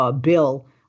bill